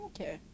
Okay